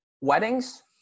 Weddings